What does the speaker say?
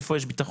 איפה יש ביטחון?